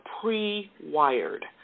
pre-wired